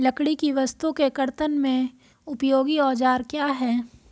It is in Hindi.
लकड़ी की वस्तु के कर्तन में उपयोगी औजार क्या हैं?